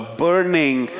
burning